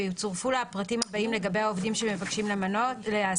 ויצורפו לה הפרטים הבאים לגבי העובדים שמבקשים להעסיק: